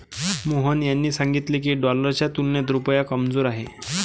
मोहन यांनी सांगितले की, डॉलरच्या तुलनेत रुपया कमजोर आहे